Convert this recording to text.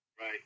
Right